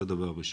זה דבר ראשון.